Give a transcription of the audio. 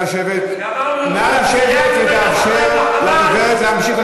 שלא ניבהל, איזה משהו קטן לפני זה.